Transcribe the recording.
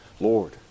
Lord